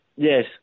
Yes